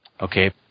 okay